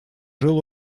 жил